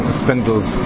spindles